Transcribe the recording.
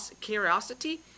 curiosity